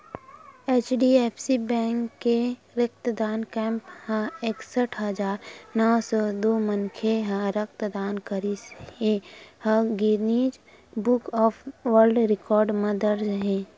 HDFC bank के रक्तदान camp म एकसट हजार नव सौ दू मनखे ह रक्तदान करिस ए ह Guinness book of world record म दर्ज हे